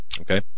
okay